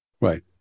Right